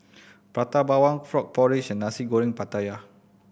Prata Bawang frog porridge and Nasi Goreng Pattaya